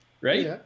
right